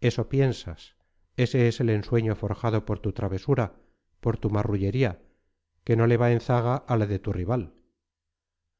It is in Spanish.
eso piensas ese es el ensueño forjado por tu travesura por tu marrullería que no le va en zaga a la de tu rival